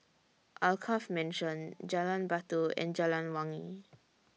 Alkaff Mansion Jalan Batu and Jalan Wangi